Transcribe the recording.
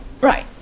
Right